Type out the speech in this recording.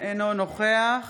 אינו נוכח